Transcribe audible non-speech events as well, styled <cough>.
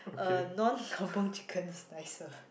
uh non <breath> kampung chicken is nicer